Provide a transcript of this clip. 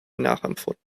nachempfunden